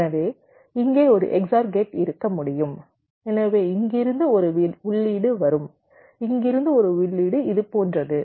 எனவே இங்கே ஒரு XOR கேட் இருக்க முடியும் எனவே இங்கிருந்து ஒரு உள்ளீடு வரும் இங்கிருந்து ஒரு உள்ளீடு இது போன்றது